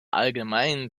allgemeinen